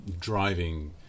driving